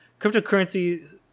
cryptocurrency